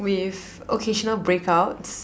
with occasional breakouts